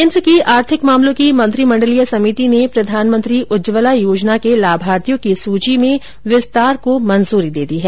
केन्द्र की आर्थिक मामलों की मंत्रीमंडलीय समिति ने प्रधानमंत्री उज्ज्वला योजना के लाभार्थियों की सूची में विस्तार को मंजूरी दे दी है